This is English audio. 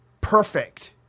perfect